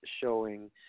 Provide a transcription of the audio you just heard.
showing